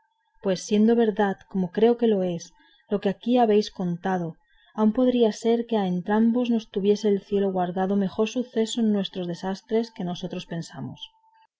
pues siendo verdad como creo que lo es lo que aquí habéis contado aún podría ser que a entrambos nos tuviese el cielo guardado mejor suceso en nuestros desastres que nosotros pensamos